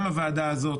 גם הוועדה הזאת,